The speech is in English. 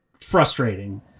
frustrating